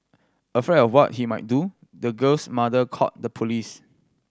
afraid of what he might do the girl's mother called the police